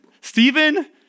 Stephen